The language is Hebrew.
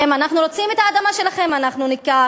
אם אנחנו רוצים את האדמה שלכם, אנחנו ניקח.